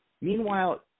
Meanwhile